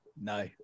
No